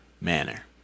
manner